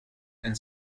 and